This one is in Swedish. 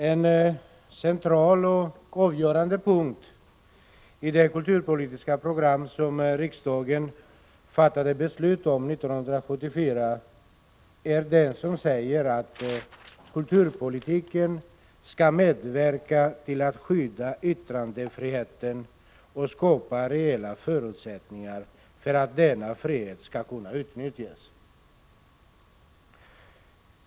En central och avgörande punkt i det kulturpolitiska program som riksdagen fattade beslut om 1974 är den som säger, att kulturpolitiken skall medverka till att skydda yttrandefriheten och skapa reella förutsättningar för att denna frihet skall kunna utnyttjas.